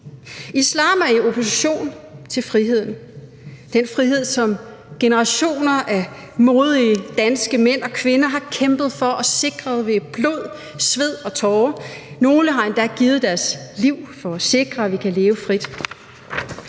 Islam er i opposition til friheden – den frihed, som generationer af modige danske mænd og kvinder har kæmpet for og sikret med blod, sved og tårer. Nogle har endda givet deres liv for at sikre, at vi kan leve frit.